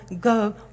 go